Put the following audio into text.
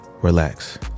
Relax